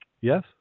Yes